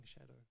shadow